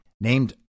named